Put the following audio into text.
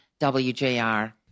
WJR